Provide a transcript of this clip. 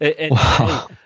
Wow